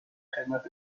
خدمت